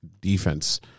defense